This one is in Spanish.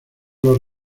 los